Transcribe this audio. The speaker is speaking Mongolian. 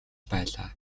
байлаа